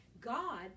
God